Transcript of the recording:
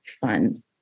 fun